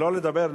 שלא לדבר,